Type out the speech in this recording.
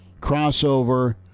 crossover